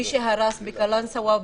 מי שהרס בקלנסואה,